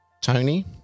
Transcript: Tony